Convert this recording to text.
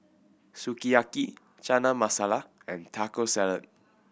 Sukiyaki Chana Masala and Taco Salad